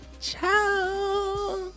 Ciao